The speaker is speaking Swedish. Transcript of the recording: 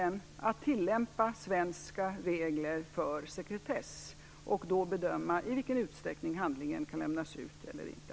Man skall tillämpa svenska regler för sekretess när man bedömer i vilken utsträckning handlingen kan lämnas ut eller inte.